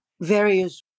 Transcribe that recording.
various